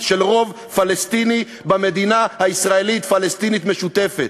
של רוב פלסטיני במדינה הישראלית-פלסטינית המשותפת.